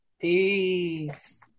peace